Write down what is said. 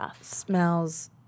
smells